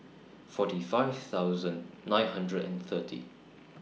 forty five thousand nine hundred and thirty